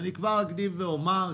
אקדים ואומר,